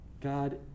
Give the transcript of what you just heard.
God